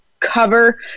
cover